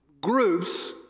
groups